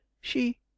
She